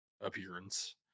appearance